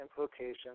implications